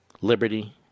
liberty